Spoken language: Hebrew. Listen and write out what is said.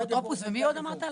אפוטרופוס ומי עוד אמרת?